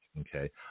Okay